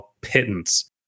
pittance